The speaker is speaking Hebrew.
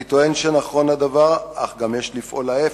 אני טוען שנכון הדבר, אך גם יש לפעול ההיפך: